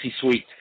suite